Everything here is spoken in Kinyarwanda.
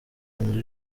inzu